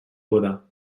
boda